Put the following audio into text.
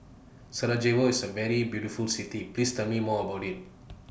Sarajevo IS A very beautiful City Please Tell Me More about IT